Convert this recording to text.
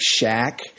Shaq